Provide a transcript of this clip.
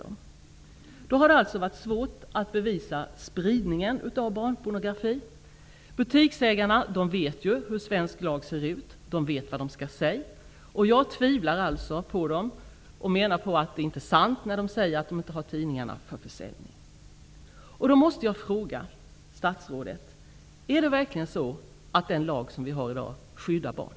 Det har alltså varit svårt att bevisa spridningen av barnpornografi. Butiksägarna vet hur svensk lag lyder och vet vad de skall säga. Jag tvivlar alltså på dem, och menar att de inte talar sanning när de säger att de inte har tidningarna för försäljning. Jag måste då fråga statsrådet om det verkligen stämmer att den lag som vi har i dag skyddar barn?